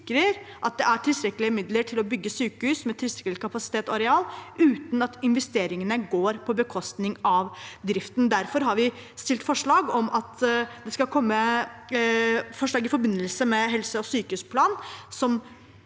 at det er tilstrekkelige midler til å bygge sykehus med tilstrekkelig kapasitet og areal, uten at investeringene går på bekostning av driften. Derfor har vi fremmet forslag i forbindelse med helse- og sykehusplanen